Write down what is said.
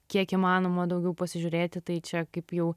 kiek įmanoma daugiau pasižiūrėti tai čia kaip jau